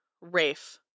Rafe